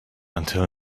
until